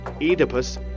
Oedipus